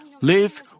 live